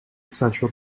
central